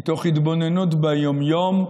מתוך התבוננות ביום-יום,